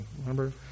Remember